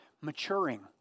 Maturing